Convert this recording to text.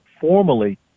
formally